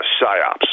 psyops